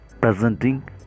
presenting